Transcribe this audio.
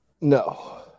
No